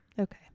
Okay